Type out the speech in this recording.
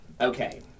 Okay